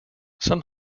some